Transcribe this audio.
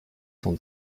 cent